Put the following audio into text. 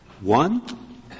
one